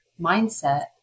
mindset